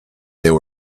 there